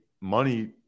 money